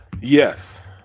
Yes